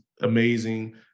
amazing